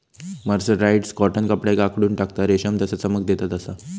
mercerised cotton कपड्याक आखडून टाकता, रेशम जसा चमक देता तसा